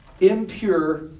impure